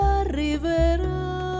arriverà